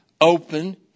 open